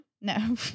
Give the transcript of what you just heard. No